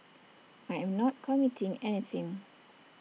I am not committing anything